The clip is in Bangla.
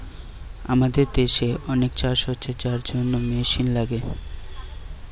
আমাদের দেশে অনেক চাষ হচ্ছে যার জন্যে মেশিন লাগে